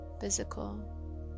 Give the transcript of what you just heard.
Physical